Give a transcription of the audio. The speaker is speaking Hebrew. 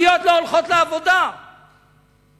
אני בטוח שבנושא כזה תוכל עוד,